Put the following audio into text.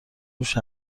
روش